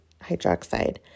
hydroxide